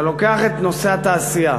אתה לוקח את נושא התעשייה.